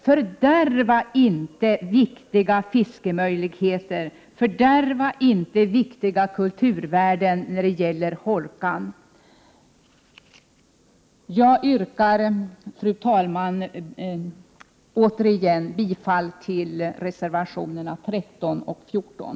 Fördärva inte viktiga fiskemöjligheter och fördärva inte viktiga kulturvärden vid Hårkan! Jag yrkar, fru talman, återigen bifall till reservationerna 13 och 14.